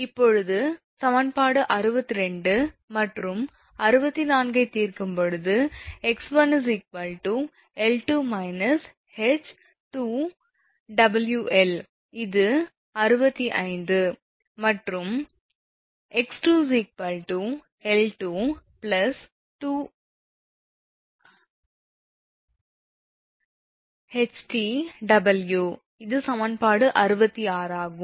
இப்போது சமன்பாடு 62 மற்றும் 64 ஐத் தீர்க்கும்போது 𝑥1𝐿2−ℎ𝑇𝑊𝐿 இது 65 சமன்பாடு மற்றும் 𝑥2 𝐿2ℎ𝑇𝑊𝐿 இது சமன்பாடு 66 ஆகும்